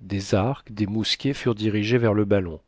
des arcs des mousquets furent dirigés vers le ballon